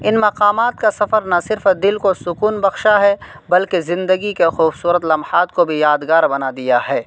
ان مقامات کا سفر نہ صرف دل کو سکون بخشا ہے بلکہ زندگی کا خوبصورت لمحات کو بھی یادگار بنا دیا ہے